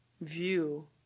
view